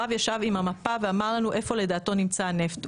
הרב ישב עם המפה ואמר לנו איפה לדעתו נמצא הנפט.